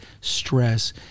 stress